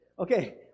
Okay